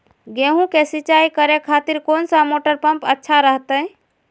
गेहूं के सिंचाई करे खातिर कौन सा मोटर पंप अच्छा रहतय?